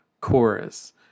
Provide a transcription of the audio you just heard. chorus